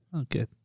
Okay